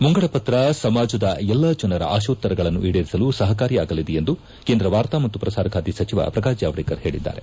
ಮುಂಗಡಪತ್ರ ಸಮಾಜದ ಎಲ್ಲಾ ಜನರ ಆಕೋತ್ತರಗಳನ್ನು ಈಡೇರಿಸಲು ಸಪಕಾರಿಯಾಗಲಿದೆ ಎಂದು ಕೇಂದ್ರ ವಾರ್ತಾ ಮತ್ತು ಪ್ರಸಾರ ಖಾತೆ ಸಚಿವ ಪ್ರಕಾಶ್ ಜಾವಡೇಕರ್ ಹೇಳಿದ್ದಾರೆ